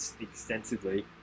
extensively